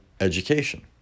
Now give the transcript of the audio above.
Education